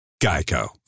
Geico